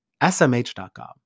smh.com